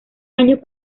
años